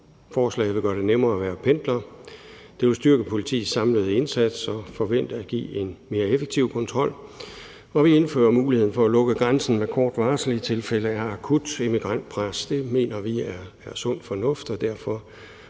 forslaget vil gøre det nemmere at være pendler. Det vil styrke politiets samlede indsats og forventeligt give en mere effektiv kontrol. Og vi indfører muligheden for at lukke grænsen med kort varsel i tilfælde af et akut immigrantpres. Det mener vi er sund fornuft, og derfor